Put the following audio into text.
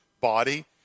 body